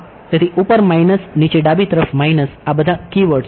તેથી ઉપર માઇનસ નીચે ડાબી તરફ માઇનસ આ બધા કીવર્ડ્સ છે